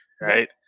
right